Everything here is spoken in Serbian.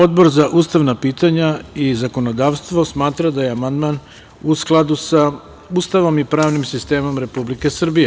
Odbor za ustavna pitanja i zakonodavstvo smatra da je amandman u skladu sa Ustavom i pravnim sistemom Republike Srbije.